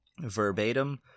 verbatim